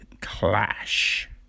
clash